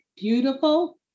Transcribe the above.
beautiful